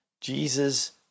Jesus